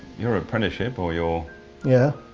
your apprenticeship or your yeah.